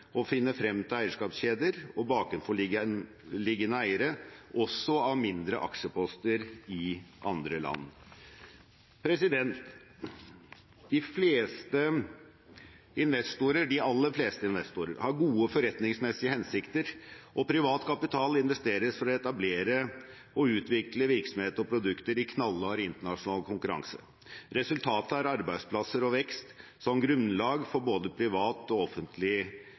å finne frem til eierskapskjeder og bakenforliggende eiere også av mindre aksjeposter i andre land. De aller fleste investorer har gode forretningsmessige hensikter, og privat kapital investeres for å etablere og utvikle virksomheter og produkter i knallhard internasjonal konkurranse. Resultatet er arbeidsplasser og vekst som grunnlag for både privat og offentlig